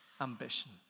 ambition